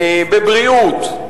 בבריאות.